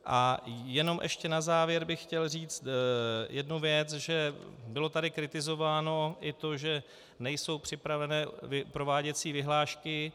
A jenom ještě na závěr bych chtěl říct jednu věc, že bylo tady kritizováno i to, že nejsou připraveny prováděcí vyhlášky.